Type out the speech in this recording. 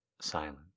silent